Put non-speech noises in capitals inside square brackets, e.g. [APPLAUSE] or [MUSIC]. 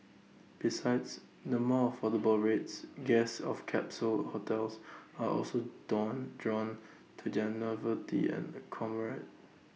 besides the more affordable rates guests of capsule hotels are also down drawn to their novelty and [UNINTELLIGIBLE]